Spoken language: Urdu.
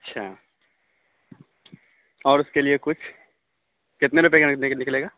اَچّھا اور اس کے لیے کچھ کتنے روپے کا نکلے گا